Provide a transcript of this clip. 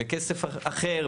מכסף אחר,